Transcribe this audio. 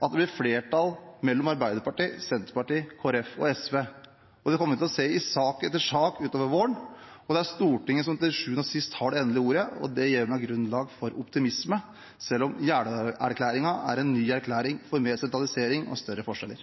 når det blir flertall mellom Arbeiderpartiet, Senterpartiet, Kristelig Folkeparti og SV. Det kommer vi til å se i sak etter sak utover våren, og det er Stortinget som til syvende og sist har det endelige ordet. Det gir meg grunnlag for optimisme, selv om Jeløya-erklæringen er en ny erklæring for mer sentralisering og større forskjeller.